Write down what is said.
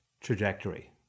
trajectory